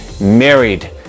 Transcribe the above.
married